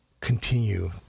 continue